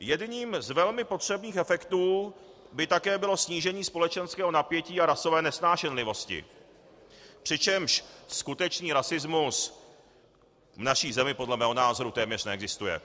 Jedním z velmi potřebných efektů by také bylo snížení společenského napětí a rasové nesnášenlivosti, přičemž skutečný rasismus v naší zemi podle mého názoru téměř neexistuje.